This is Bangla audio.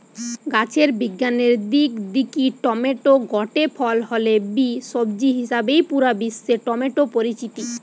গাছের বিজ্ঞানের দিক দিকি টমেটো গটে ফল হলে বি, সবজি হিসাবেই পুরা বিশ্বে টমেটো পরিচিত